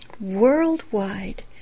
worldwide